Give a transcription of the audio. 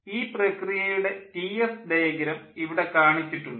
ഈ പ്രക്രിയയുടെ T S diagram ഇവിടെ കാണിച്ചിട്ടുണ്ട്